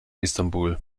istanbul